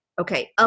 Okay